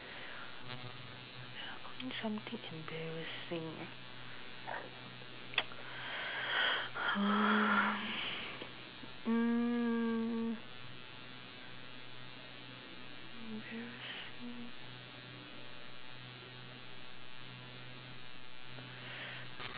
embarrassing ah mm